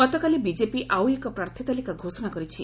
ଗତକାଲି ବିକେପି ଆଉ ଏକ ପ୍ରାର୍ଥୀ ତାଲିକା ଘୋଷଣା କରିଛି